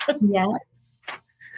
Yes